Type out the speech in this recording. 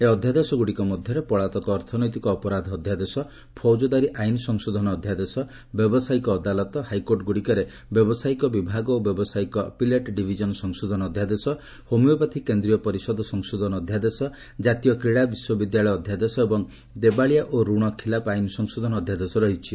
ଏହି ଅଧ୍ୟାଦେଶଗୁଡ଼ିକ ମଧ୍ୟରେ ପଳାତକ ଅର୍ଥନୈତିକ ଅପରାଧ ଅଧ୍ୟାଦେଶ ଫୌଜଦାରୀ ଆଇନ୍ ସଂଶୋଧନ ଅଧ୍ୟାଦେଶ ବ୍ୟବସାୟୀକ ଅଦାଲତ ହାଇକୋର୍ଟଗ୍ରଡ଼ିକରେ ବ୍ୟବସାୟୀକ ବିଭାଗ ଓ ବ୍ୟବସାୟୀକ ଆପାଲେଟ୍ ଡିଭିଜନ୍ ସଂଶୋଧନ ଅଧ୍ୟାଦେଶ ହୋମିଓପାଥି କେନ୍ଦୀୟ ପରିଷଦ ସଂଶୋଧନ ଅଧ୍ୟାଦେଶ କ୍ରାତୀୟ କ୍ରୀଡ଼ା ବିଶ୍ୱବିଦ୍ୟାଳୟ ଅଧ୍ୟାଦେଶ ଏବଂ ଦେବାଳିଆ ଓ ଋଣ ଖିଲାଫ ଆଇନ୍ ସଂଶୋଧନ ଅଧ୍ୟାଦେଶ ରହିଛି